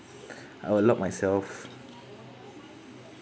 I will locked myself